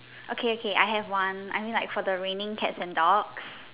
okay okay I have one I mean for the raining cats and dogs